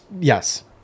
yes